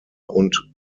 und